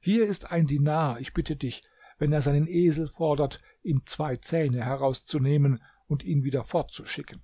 hier ist ein dinar ich bitte dich wenn er seinen esel fordert ihm zwei zähne herauszunehmen und ihn wieder fortzuschicken